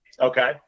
Okay